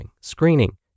screening